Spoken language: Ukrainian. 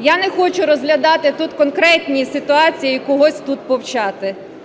Я не хочу розглядати тут конкретні ситуації і когось тут повчати.